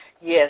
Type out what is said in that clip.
Yes